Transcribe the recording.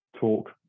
talk